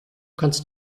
kannst